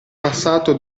passato